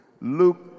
Luke